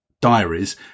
diaries